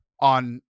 on